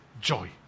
joy